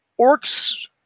orcs